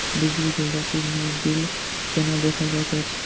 बिजली बिल रसीद मे बिल केना देखल जाइत अछि?